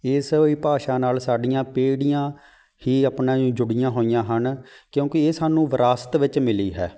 ਇਸ ਹੀ ਭਾਸ਼ਾ ਨਾਲ ਸਾਡੀਆਂ ਪੀੜ੍ਹੀਆਂ ਹੀ ਆਪਣੇ ਜੁੜੀਆਂ ਹੋਈਆਂ ਹਨ ਕਿਉਂਕਿ ਇਹ ਸਾਨੂੰ ਵਿਰਾਸਤ ਵਿੱਚ ਮਿਲੀ ਹੈ